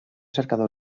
cercador